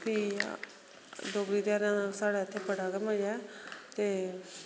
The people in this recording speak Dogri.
फ्ही डोगरी ध्यारें दा स्हाड़े इत्थै बड़ा गै मजा ते